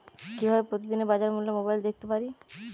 কিভাবে প্রতিদিনের বাজার মূল্য মোবাইলে দেখতে পারি?